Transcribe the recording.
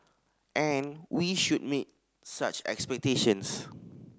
and we should meet such expectations